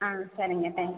ஆ சரிங்க thank you